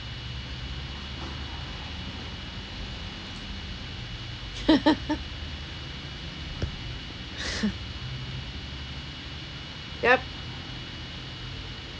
yup